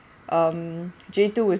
um J two was